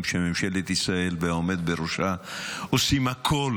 שממשלת ישראל והעומד בראשה עושים הכול